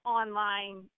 online